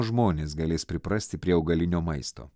žmonės galės priprasti prie augalinio maisto